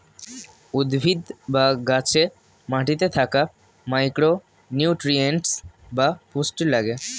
উদ্ভিদ বা গাছে মাটিতে থাকা মাইক্রো নিউট্রিয়েন্টস বা পুষ্টি লাগে